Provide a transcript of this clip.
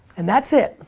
and that's it.